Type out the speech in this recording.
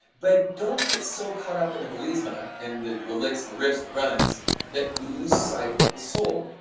but don't get so caught up in the melisma and the the licks and the riffs and the runs that we lose sight of the soul,